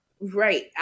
Right